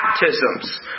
baptisms